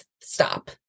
stop